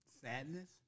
sadness